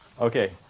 okay